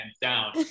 down